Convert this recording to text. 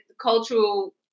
cultural